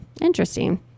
interesting